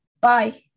bye